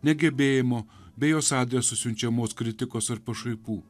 negebėjimo bei jos adresu siunčiamos kritikos ar pašaipų